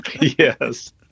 yes